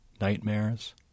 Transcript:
nightmares